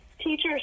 teachers